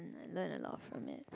and I learned a lot from it